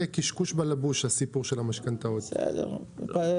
הסיפור של המשכנתאות הוא קשקוש בלבוש,